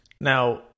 now